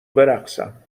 برقصم